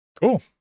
Cool